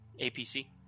APC